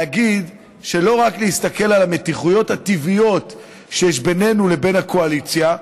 צריך לא רק להסתכל על המתיחויות הטבעיות שיש בינינו לבין הקואליציה.